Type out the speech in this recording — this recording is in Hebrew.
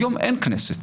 היום אין כנסת.